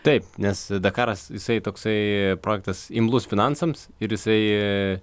taip nes dakaras jisai toksai projektas imlus finansams ir jisai